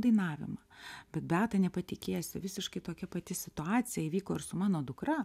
dainavimą bet beata nepatikėsi visiškai tokia pati situacija įvyko ir su mano dukra